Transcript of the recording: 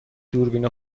دوربین